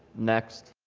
next